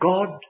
God